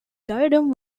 diadem